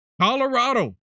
Colorado